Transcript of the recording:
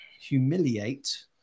humiliate